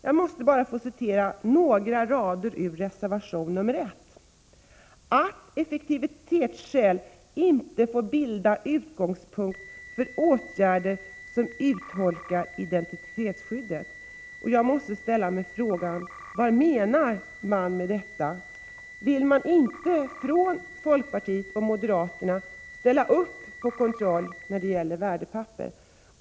Jag måste få citera några rader ur reservation nr 1: ”——-—- att effektivitetsskäl inte får bilda utgångspunkt för åtgärder som urholkar integritetsskyddet.” Jag måste ställa mig frågan: Vad menar man med detta? Vill inte folkpartiet och moderaterna gå med på kontroll när det gäller värdepapper?